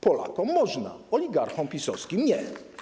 Polakom można, oligarchom PiS-owskim - nie.